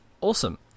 Awesome